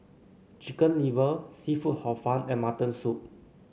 Chicken Liver seafood Hor Fun and Mutton Soup